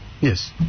Yes